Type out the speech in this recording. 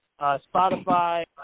Spotify